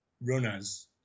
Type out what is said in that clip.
runners